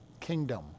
kingdom